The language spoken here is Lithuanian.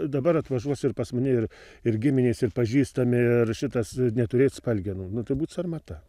dabar atvažiuos ir pas mani ir ir giminės ir pažįstami ir šitas neturėc spalgenų nu tai būt sarmata